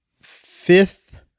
fifth